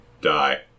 die